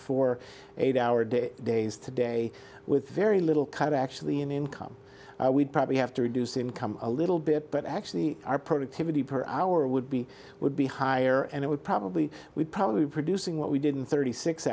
for eight hour day days today with very little cut actually in income we'd probably have to reduce income a little bit but actually our productivity per hour would be would be higher and it would probably we'd probably be producing what we didn't thirty six